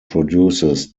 produces